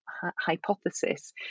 hypothesis